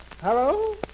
Hello